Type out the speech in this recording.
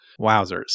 wowzers